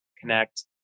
connect